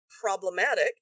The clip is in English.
problematic